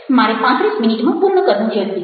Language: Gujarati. મારે 35 મિનિટમાં પૂર્ણ કરવું જરૂરી છે